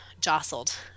jostled